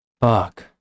fuck